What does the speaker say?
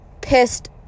pissed